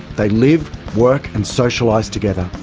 they live, work and socialise together.